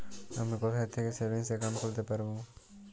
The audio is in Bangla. আমি কোথায় থেকে সেভিংস একাউন্ট খুলতে পারবো?